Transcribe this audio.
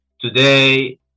Today